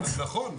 נכון,